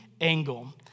angle